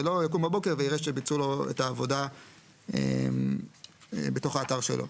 ולא יקום בבוקר ויראה שביצעו את העבודה בתוך האתר שלו.